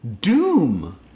Doom